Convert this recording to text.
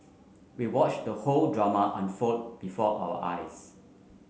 we watched the drama unfold before our eyes